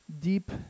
deep